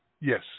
Yes